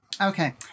Okay